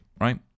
right